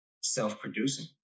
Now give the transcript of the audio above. self-producing